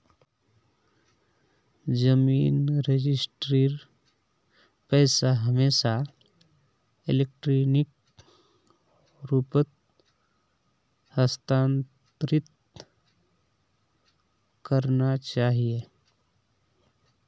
जमीन रजिस्ट्रीर पैसा हमेशा इलेक्ट्रॉनिक रूपत हस्तांतरित करना चाहिए